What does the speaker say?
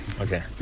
okay